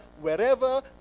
wherever